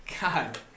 God